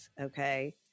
Okay